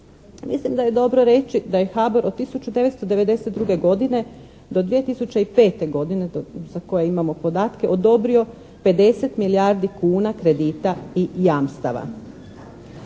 Mislim da je dobro reći da je od HBOR od 1992. godine do 2005. godine za koje imamo podatke odobrio 50 milijardi kuna kredita i jamstava.